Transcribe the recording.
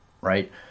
right